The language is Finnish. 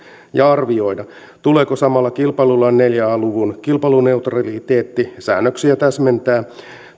ja arvioida tuleeko samalla kilpailulain neljä a luvun kilpailuneutraliteettisäännöksiä täsmentää